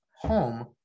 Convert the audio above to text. home